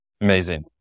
Amazing